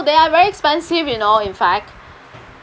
they are very expensive you know in fact